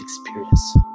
experience